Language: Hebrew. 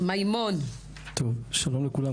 שלום לכולם,